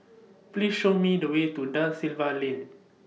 Please Show Me The Way to DA Silva Lane